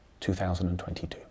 2022